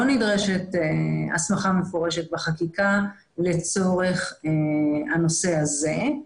שלא נדרשת הסמכה מפורשת בחקיקה לצורך הנושא הזה.